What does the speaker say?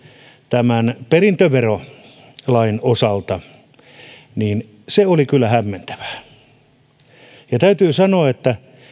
tämän perintöverolain osalta oli kyllä hämmentävää täytyy sanoa että